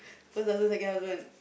first husband second husband